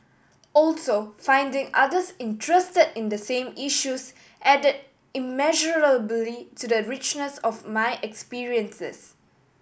also finding others interested in the same issues add immeasurably to the richness of my experiences